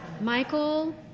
Michael